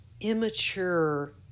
immature